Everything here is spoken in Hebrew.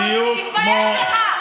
בדיוק, בדיוק כמו, תתבייש לך.